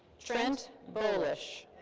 trent bolish.